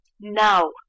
now